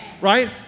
Right